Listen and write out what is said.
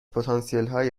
پتانسیلهای